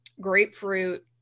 grapefruit